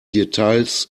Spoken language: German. details